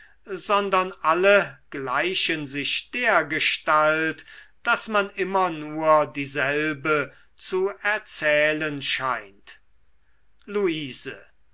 sondern alle gleichen sich dergestalt daß man immer nur dieselbe zu erzählen scheint luise